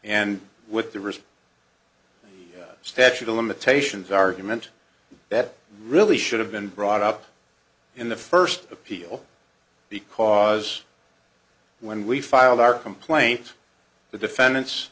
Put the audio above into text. and with the recent statute of limitations argument that really should have been brought up in the first appeal because when we filed our complaint the defendant